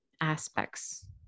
aspects